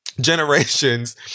generations